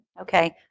Okay